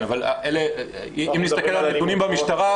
אם נסתכל על נתוני המשטרה,